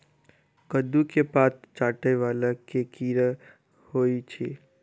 कद्दू केँ पात चाटय वला केँ कीड़ा होइ छै?